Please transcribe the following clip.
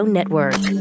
Network